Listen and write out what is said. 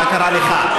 מה קרה לך?